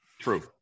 True